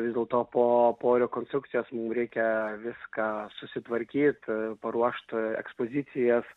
vis dėlto po po rekonstrukcijos mum reikia viską susitvarkyt paruošt ekspozicijas